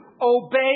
obey